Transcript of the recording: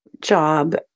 job